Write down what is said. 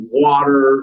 water